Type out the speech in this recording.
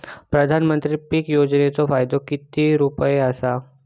पंतप्रधान पीक योजनेचो फायदो किती रुपये आसा?